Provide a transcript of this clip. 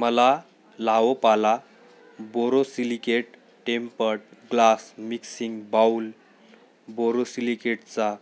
मला La Opala borosilicate tempered glass mixing bowl बोरोसिलिकेटचा